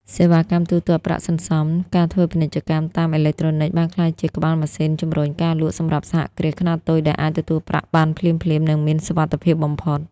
សេវាកម្មទូទាត់ប្រាក់សម្រាប់ ការធ្វើពាណិជ្ជកម្មតាមអេឡិចត្រូនិក បានក្លាយជាក្បាលម៉ាស៊ីនជម្រុញការលក់សម្រាប់សហគ្រាសខ្នាតតូច ដែលអាចទទួលប្រាក់បានភ្លាមៗ និងមានសុវត្ថិភាពបំផុត។